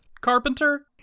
Carpenter